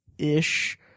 ish